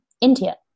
India